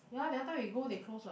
ya that time we go they closed what